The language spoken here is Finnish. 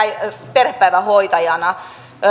perhepäivähoitajana